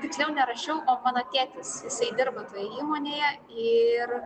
tiksliau nerašiau o mano tėtis jisai dirba toj įmonėje ir